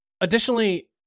Additionally